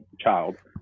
child